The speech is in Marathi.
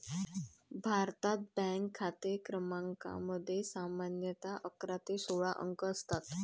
भारतात, बँक खाते क्रमांकामध्ये सामान्यतः अकरा ते सोळा अंक असतात